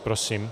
Prosím.